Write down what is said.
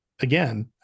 Again